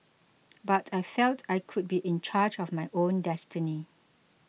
but I felt I could be in charge of my own destiny